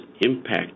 impact